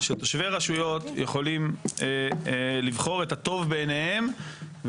שתושבי רשויות יכולים לבחור את הטוב בעיניהם.